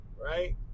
Right